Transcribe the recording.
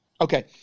Okay